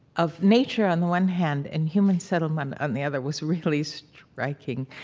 of nature on the one hand and human settlement on the other was really striking.